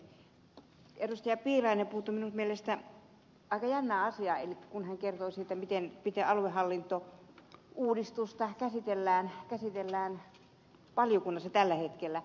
piirainen puuttui minun mielestäni aika jännään asiaan kun hän kertoi siitä miten aluehallintouudistusta käsitellään valiokunnassa tällä hetkellä